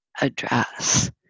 address